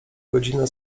godzina